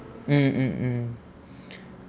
mm mm mm